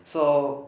so